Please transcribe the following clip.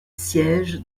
siège